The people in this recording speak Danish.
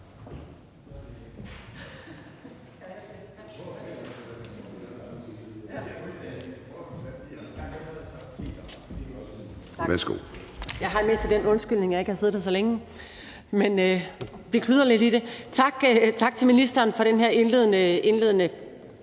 Tak til ministeren for den her indledende